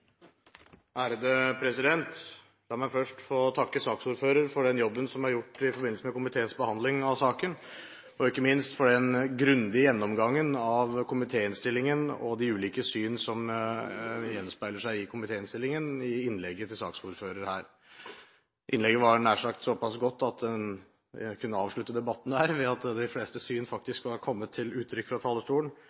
flertallets innstilling. La meg først få takke saksordføreren for den jobben som er gjort i forbindelse med komiteens behandling av saken, og ikke minst for den grundige gjennomgangen av komitéinnstillingen og de ulike syn som gjenspeiler seg i komitéinnstillingen, som saksordføreren her gjorde rede for i innlegget. Innlegget var nær sagt såpass godt at jeg kunne ha avsluttet her i og med at de fleste syn faktisk nå er kommet til utrykk fra talerstolen,